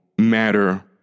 matter